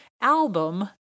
album